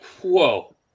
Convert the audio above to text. whoa